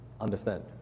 understand